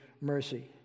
mercy